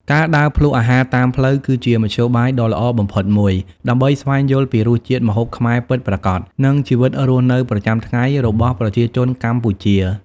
ការដើរភ្លក្សអាហារតាមផ្លូវ គឺជាមធ្យោបាយដ៏ល្អបំផុតមួយដើម្បីស្វែងយល់ពីរសជាតិម្ហូបខ្មែរពិតប្រាកដ និងជីវិតរស់នៅប្រចាំថ្ងៃរបស់ប្រជាជនកម្ពុជា ។